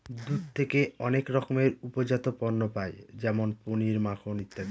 দুধ থেকে অনেক রকমের উপজাত পণ্য পায় যেমন পনির, মাখন ইত্যাদি